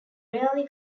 rarely